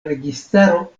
registaro